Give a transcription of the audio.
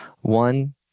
one